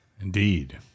Indeed